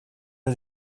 did